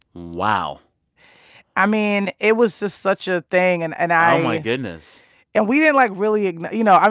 wow i mean, it was just such a thing and and i. oh, my goodness and we didn't, like, really you know, i